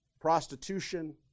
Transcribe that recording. prostitution